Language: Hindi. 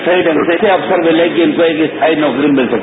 सही ढंग से अवसर मिले कि इनको एक स्थायी नौकरी मिल सके